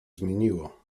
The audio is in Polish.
zmieniło